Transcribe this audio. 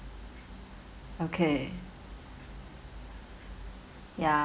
okay ya